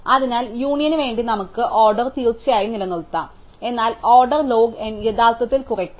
അതിനാൽ യൂണിയനുവേണ്ടി നമുക്ക് ഓർഡർ തീർച്ചയായും നിലനിർത്താം എന്നാൽ ഓർഡർ ലോഗ് n യഥാർത്ഥത്തിൽ കുറയ്ക്കാം